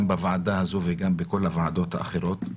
גם בוועדה הזו וגם בכל הוועדות האחרות,